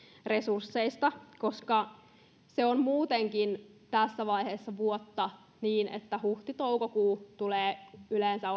resursseista koska se on muutenkin tässä vaiheessa vuotta niin että huhti toukokuussa tulee yleensä